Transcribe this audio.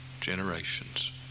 generations